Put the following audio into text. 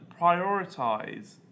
prioritize